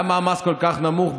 למה המס כל כך נמוך?